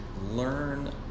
learn